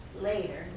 later